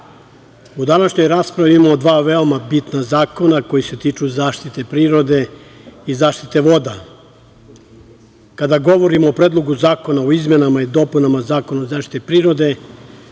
u današnjoj raspravi imamo dva veoma bitna zakona koji se tiču zaštite prirode i zaštite voda. Kada govorim o Predlogu zakona o izmenama i dopunama Zakona o zaštiti prirode,